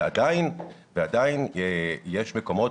ועדיין יש מקומות,